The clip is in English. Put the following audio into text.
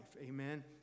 Amen